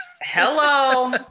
Hello